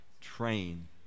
train